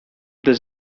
this